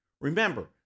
Remember